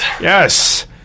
Yes